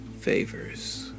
Favors